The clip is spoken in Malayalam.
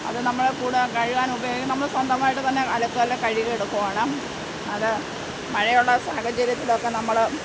അത് നമ്മൾ കൂടെ കഴുകാൻ ഉപയോഗിക്കുക നമ്മൾ സ്വന്തമായിട്ട് തന്നെ അലക്കുകല്ലിൽ കഴികിയെടുക്കുവാണ് അത് മഴ ഉള്ള സാഹചര്യത്തിലൊക്കെ നമ്മൾ